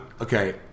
okay